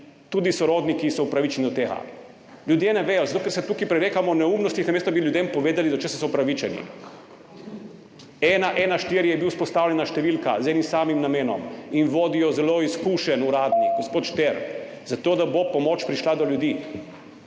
tudi sorodniki so upravičeni do tega. Ljudje ne vedo, zato ker se tukaj prerekamo o neumnostih, namesto, da bi ljudem povedali, do česa so upravičeni. Številka 114 je bila vzpostavljena z enim samim namenom in vodi jo zelo izkušen uradnik gospod Šter zato, da bo pomoč prišla do ljudi.